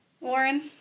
Warren